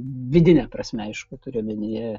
vidine prasme aišku turiu omenyje